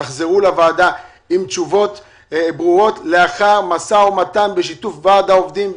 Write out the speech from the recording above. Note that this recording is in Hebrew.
תחזרו לוועדה עם תשובות ברורות לאחר משא ומתן בשיתוף ועד העובדים,